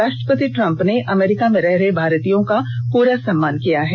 राष्ट्रपति ट्रंप ने अमेरिका में रह रहे भारतीयों का पूरा सम्मान किया है